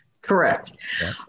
Correct